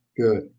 Good